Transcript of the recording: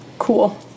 Cool